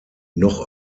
noch